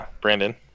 Brandon